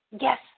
yes